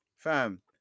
Fam